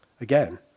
Again